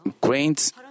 Grains